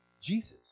Jesus